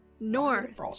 north